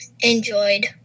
enjoyed